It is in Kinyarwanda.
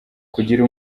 kugira